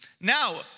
Now